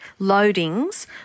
loadings